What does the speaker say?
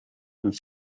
and